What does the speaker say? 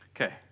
Okay